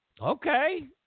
Okay